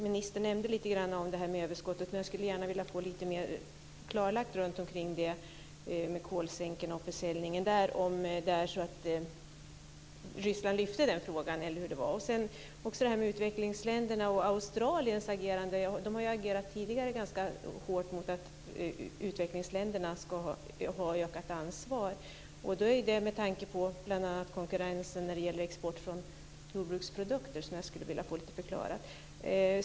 Ministern nämnde lite om det här med överskottet, men jag skulle gärna vilja få lite mer klarlagt runtomkring det med kolsänkorna och försäljningen, om det är så att Ryssland lyfte fram den frågan eller hur det var. När det gäller utvecklingsländerna har ju Australien tidigare agerat ganska hårt mot att utvecklingsländerna ska ha ökat ansvar, och det är ju med tanke på bl.a. konkurrensen när det gäller export av jordbruksprodukter. Jag skulle vilja få det lite förklarat.